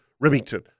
Remington